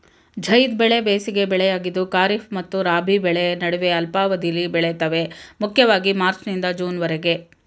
ಝೈದ್ ಬೆಳೆ ಬೇಸಿಗೆ ಬೆಳೆಯಾಗಿದ್ದು ಖಾರಿಫ್ ಮತ್ತು ರಾಬಿ ಬೆಳೆ ನಡುವೆ ಅಲ್ಪಾವಧಿಲಿ ಬೆಳಿತವೆ ಮುಖ್ಯವಾಗಿ ಮಾರ್ಚ್ನಿಂದ ಜೂನ್ವರೆಗೆ